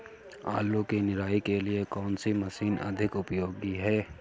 आलू की निराई के लिए कौन सी मशीन अधिक उपयोगी है?